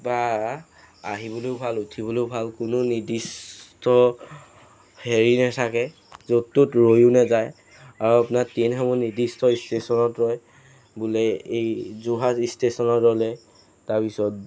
বা আহিবলৈও ভাল উঠিবলৈও ভাল কোনো নিৰ্দিষ্ট হেৰি নাথাকে য'ত ত'ত ৰৈও নাযায় আৰু আপোনাৰ ট্ৰেইনসমূহ নিৰ্দিষ্ট ষ্টেচনত ৰয় বোলে এই যোৰহাট ষ্টেচনত ৰ'লে তাৰপিছত